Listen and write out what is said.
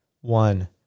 One